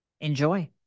Enjoy